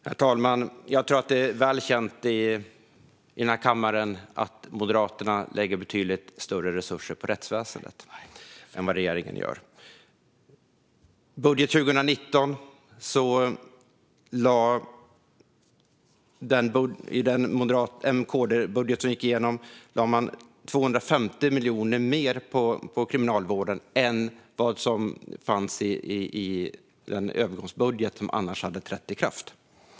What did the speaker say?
Herr talman! Det är väl känt att Moderaterna lägger betydligt större resurser på rättsväsendet än vad regeringen gör. I M-KD-budgeten för 2019 fick Kriminalvården 250 miljoner mer än i den övergångsbudget som annars hade trätt i kraft.